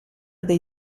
dei